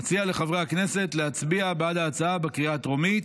אציע לחברי הכנסת להצביע בעד ההצעה בקריאה הטרומית.